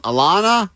Alana